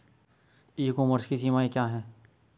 ई commerce की सीमाएं क्या हैं?